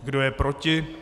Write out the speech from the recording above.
Kdo je proti?